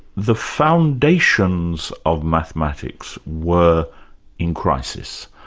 the foundations of mathematics were in crisis.